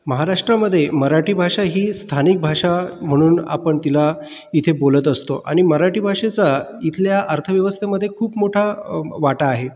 महाराष्ट्रामधे मराठी भाषा ही स्थानिक भाषा म्हणून आपण तिला इथे बोलत असतो आणि मराठी भाषेचा इथल्या अर्थव्यवस्थेमधे खूप मोठा वाटा आहे